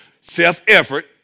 self-effort